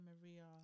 Maria